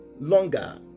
longer